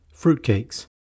Fruitcakes